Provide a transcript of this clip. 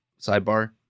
sidebar